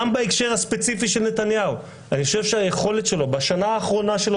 גם בהקשר הספציפי של נתניהו אני חושב שהיכולת שלו בשנה האחרונה שלו